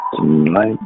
tonight